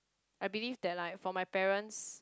I believe that like for my parents